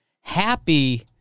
happy